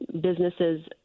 businesses